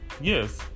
yes